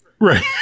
Right